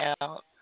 out